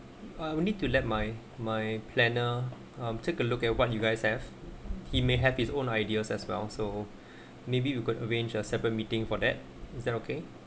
uh i need to let my my planner um take a look at what you guys have he may have its own ideas as well so maybe you could arrange or seven meeting for that is that okay